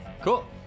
Cool